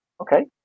okay